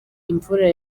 imvura